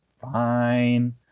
fine